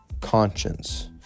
conscience